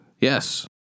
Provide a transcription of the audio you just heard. Yes